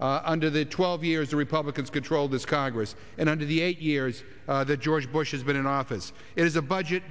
under the twelve years the republicans control this congress and under the eight years the george bush has been in office is a budget